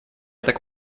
так